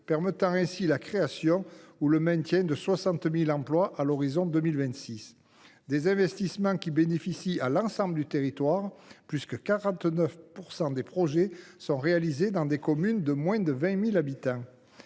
permettant la création ou le maintien de quelque 60 000 emplois à horizon de 2026. Ce sont des investissements qui bénéficient à l’ensemble du territoire, puisque 49 % des projets sont réalisés dans des communes de moins de 20 000 habitants,